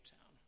Town